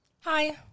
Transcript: Hi